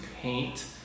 paint